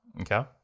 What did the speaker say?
Okay